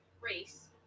race